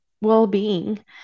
well-being